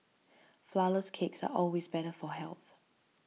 Flourless Cakes are always better for health